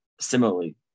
similarly